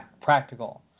practical